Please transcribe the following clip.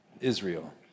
Israel